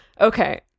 Okay